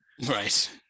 Right